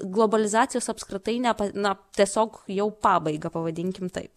globalizacijos apskritai ne na tiesiog jau pabaigą pavadinkim taip